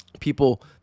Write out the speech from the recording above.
people